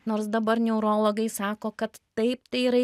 nors dabar neurologai sako kad taip tai yra